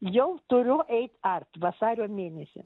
jau turiu eit arti vasario mėnesį